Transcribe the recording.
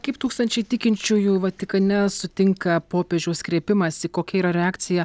kaip tūkstančiai tikinčiųjų vatikane sutinka popiežiaus kreipimąsi kokia yra reakcija